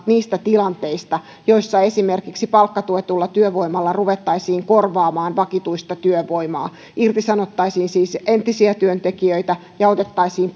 niistä tilanteista joissa esimerkiksi palkkatuetulla työvoimalla ruvettaisiin korvaamaan vakituista työvoimaa irtisanottaisiin siis entisiä työntekijöitä ja otettaisiin